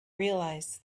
realise